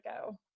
go